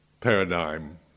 paradigm